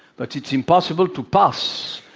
but it's impossible to pass